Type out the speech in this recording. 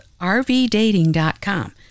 RVDating.com